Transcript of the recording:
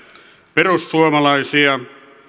perussuomalaisia